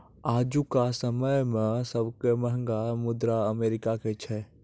आजुका समय मे सबसे महंगा मुद्रा अमेरिका के छै